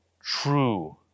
true